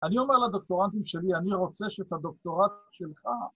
אני אומר לדוקטורנטים שלי, אני רוצה שאת הדוקטורט שלך...